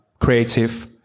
creative